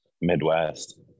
Midwest